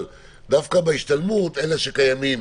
אבל דווקא בהשתלמות אלה שקיימים